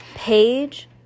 Page